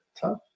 tough